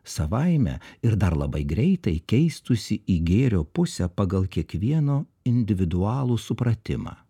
savaime ir dar labai greitai keistųsi į gėrio pusę pagal kiekvieno individualų supratimą